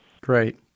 Great